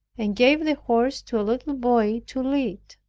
and gave the horse to a little boy to lead.